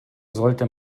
sollte